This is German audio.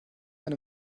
eine